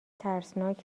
ترسناک